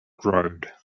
road